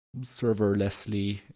serverlessly